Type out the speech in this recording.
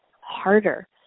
harder